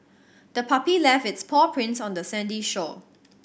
the puppy left its paw prints on the sandy shore